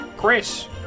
Chris